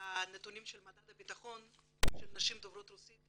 והנתונים של מדד הביטחון של נשים דוברות רוסית,